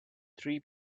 three